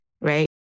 right